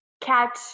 catch